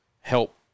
help